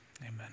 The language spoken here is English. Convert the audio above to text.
amen